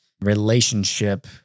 relationship